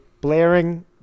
blaring